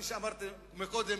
כפי שאמרתי קודם,